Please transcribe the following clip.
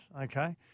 Okay